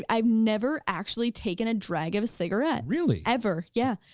i've never actually taken a drag of a cigarette. really? ever, yeah.